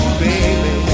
baby